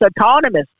autonomous